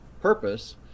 purpose